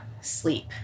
sleep